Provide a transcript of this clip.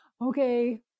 okay